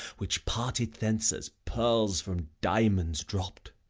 which parted thence as pearls from diamonds dropp'd.